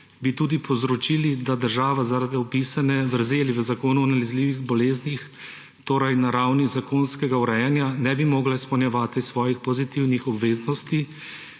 bi tudi povzročili, da država zaradi opisane vrzeli v Zakonu o nalezljivih boleznih, torej na ravni zakonskega urejanja, ne bi mogla izpolnjevati svojih pozitivnih obveznosti